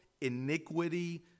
iniquity